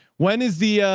when is the,